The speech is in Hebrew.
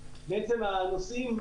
בעצם הנוסעים,